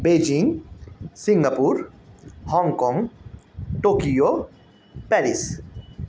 Beijing Singapore Hong Kong Tokyo Paris